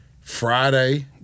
Friday